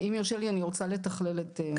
אם יורשה לי, אני רוצה לתכלל את מה